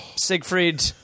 Siegfried